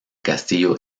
castillo